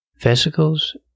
Vesicles